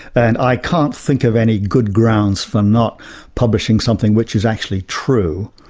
and i can't think of any good grounds for not publishing something which is actually true.